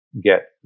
get